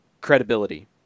credibility